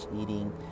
eating